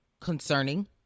concerning